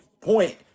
point